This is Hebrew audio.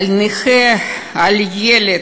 על נכה, על ילד?